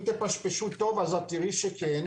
אם תפשפשו טוב אז תראו שכן.